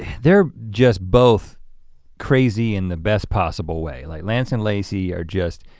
they're just both crazy in the best possible way. like lance and lacey are just,